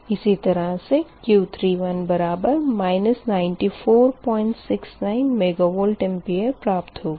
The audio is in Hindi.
इसी तरह से Q31 बराबर 9469 मेगवार प्राप्त होगी